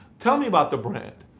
tell me about the brand?